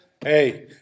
Hey